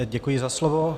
Děkuji za slovo.